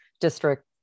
district